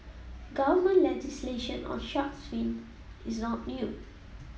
government legislation on shark's fin is not new